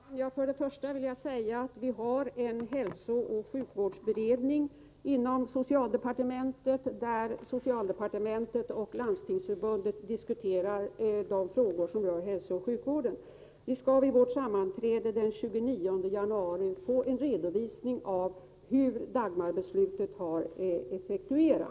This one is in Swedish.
Herr talman! För det första vill jag säga att vi har en hälsooch sjukvårdsberedning inom socialdepartementet, där Landstingsförbundet och socialdepartementet diskuterar de frågor som rör hälsooch sjukvården. Vi skall vid vårt sammanträde den 29 januari få en redovisning av hur Dagmarbeslutet har effektuerats.